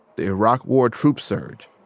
the iraq war troop surge,